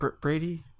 Brady